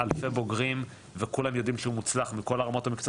אלפי בוגרים וכולם יודעים שהוא מוצלח מכל הרמות.